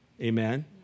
amen